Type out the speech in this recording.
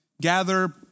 gather